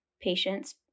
patients